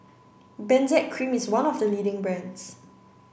Benzac cream is one of the leading brands